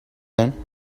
then